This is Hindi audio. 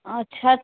छठ